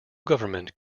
government